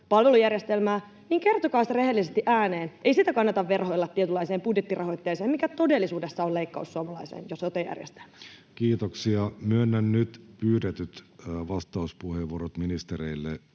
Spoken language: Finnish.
palvelujärjestelmää, niin kertokaa se rehellisesti ääneen. Ei kannata verhoilla tietynlaiseen budjettirahoitteeseen sitä, mikä todellisuudessa on leikkaus suomalaiseen sote-järjestelmään. [Speech 95] Speaker: Jussi